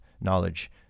knowledge